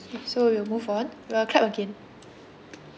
so we'll move on we'll clap again